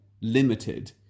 limited